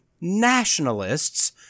nationalists